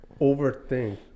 overthink